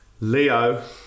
Leo